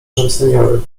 seniory